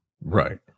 Right